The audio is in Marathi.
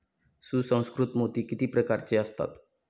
सुसंस्कृत मोती किती प्रकारचे असतात?